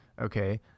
Okay